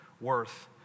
worth